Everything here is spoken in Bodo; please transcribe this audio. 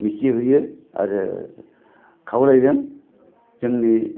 जि हायो आरो खावलायदों जोंनि